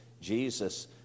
Jesus